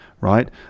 right